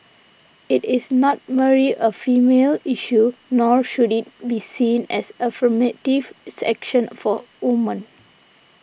it is not merely a female issue nor should it be seen as affirmatives action for women